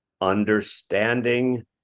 understanding